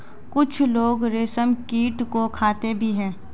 कुछ लोग रेशमकीट को खाते भी हैं